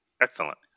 Excellent